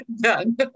Done